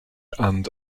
and